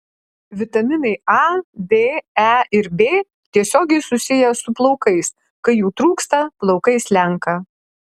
vitaminai a d e ir b tiesiogiai susiję su plaukais kai jų trūksta plaukai slenka